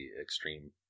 extreme